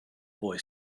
boy